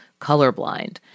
colorblind